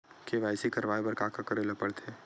KYC करवाय बर का का करे ल पड़थे?